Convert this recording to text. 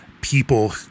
people